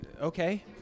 okay